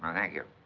um thank you.